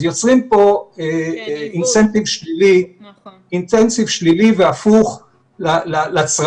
אז יוצרים פה אינסנטיב שלילי והפוך לצרכים.